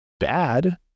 Bad